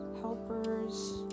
helpers